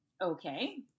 Okay